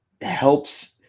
helps